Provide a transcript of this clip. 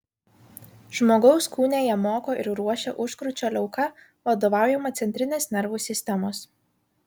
žmogaus kūne ją moko ir ruošia užkrūčio liauka vadovaujama centrinės nervų sistemos